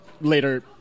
later